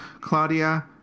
Claudia